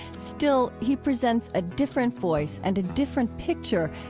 still, he presents a different voice and a different picture,